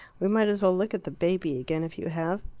we might as well look at the baby again if you have.